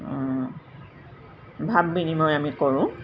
ভাৱ বিনিময় আমি কৰোঁ